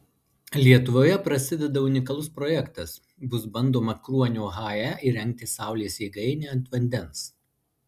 lietuvoje prasideda unikalus projektas bus bandoma kruonio hae įrengti saulės jėgainę ant vandens